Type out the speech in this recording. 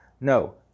No